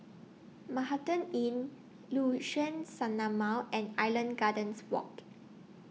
Manhattan Inn Liuxun Sanhemiao and Island Gardens Walk